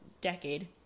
decade